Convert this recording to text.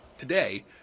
Today